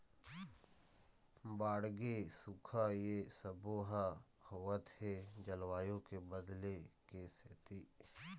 बाड़गे, सुखा ए सबो ह होवत हे जलवायु के बदले के सेती